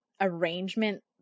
arrangement